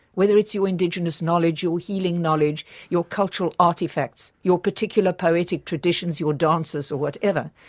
whether it's your indigenous knowledge, your healing knowledge, your cultural artefacts, your particular poetic traditions, your dances or whatever,